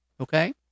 Okay